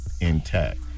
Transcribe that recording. intact